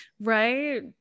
right